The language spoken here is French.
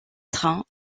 trains